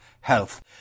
health